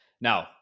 Now